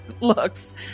looks